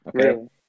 Okay